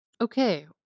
Okay